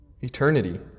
eternity